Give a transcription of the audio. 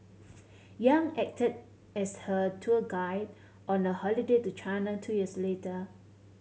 Yang acted as her tour guide on a holiday to China two years later